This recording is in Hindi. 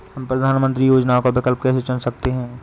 हम प्रधानमंत्री योजनाओं का विकल्प कैसे चुन सकते हैं?